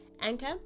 anchor